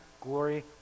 glory